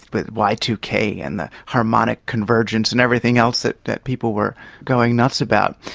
with y two k and the harmonic convergence and everything else that that people were going nuts about,